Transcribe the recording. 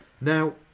Now